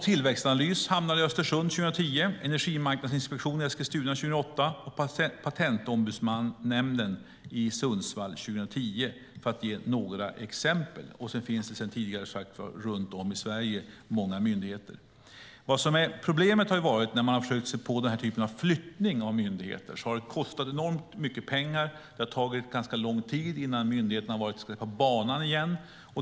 Tillväxtanalys hamnade i Östersund 2010, Energimarknadsinspektionen i Eskilstuna 2008 och Patentombudsnämnden i Sundsvall 2010, för att ge några exempel. Det finns även som sagt sedan tidigare många myndigheter runt om i Sverige. Problemet när man har försökt sig på den här typen av flyttning av myndigheter har varit att det kostat enormt mycket pengar och att det tagit ganska lång tid innan myndigheten varit på banan igen.